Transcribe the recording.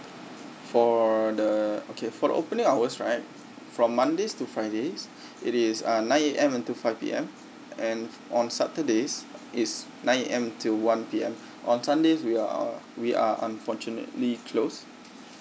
for for the okay for the opening hours right from mondays to fridays it is uh nine A_M to five P_M and on saturdays is nine A_M till one P_M on sundays we are we are unfortunately close